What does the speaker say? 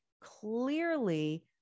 clearly